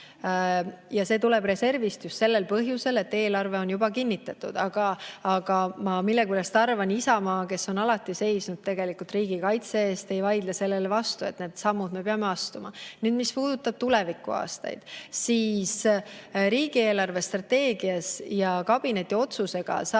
Ja see tuleb reservist just sellel põhjusel, et eelarve on juba kinnitatud. Aga ma millegipärast arvan, et Isamaa, kes on alati seisnud riigikaitse eest, ei vaidle vastu, et need sammud me peame astuma. Nüüd, mis puudutab tulevikuaastaid, siis riigi eelarvestrateegias ja kabinetiotsusega saab